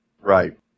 Right